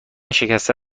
شکسته